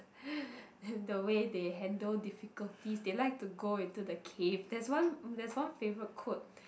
in the way they handle difficulties they like to go into the cave there's one there's one favorite quote